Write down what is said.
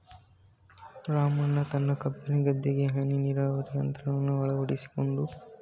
ರಾಮಣ್ಣ ತನ್ನ ಕಬ್ಬಿನ ಗದ್ದೆಗೆ ಹನಿ ನೀರಾವರಿ ತಂತ್ರವನ್ನು ಅಳವಡಿಸಿಕೊಂಡು